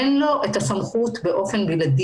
אין לו את הסמכות באופן בלעדי.